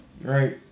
Right